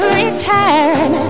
return